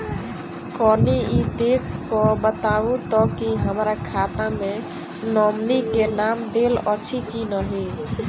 कनि ई देख कऽ बताऊ तऽ की हमरा खाता मे नॉमनी केँ नाम देल अछि की नहि?